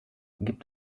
gibt